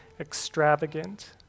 extravagant